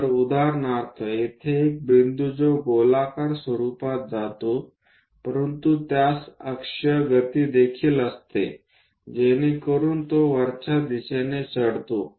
तर उदाहरणार्थ येथे एक बिंदू जो गोलाकार स्वरूपात जातो परंतु त्यास अक्षीय गती देखील असते जेणेकरून ती वरच्या दिशेने चढतो